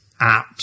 apps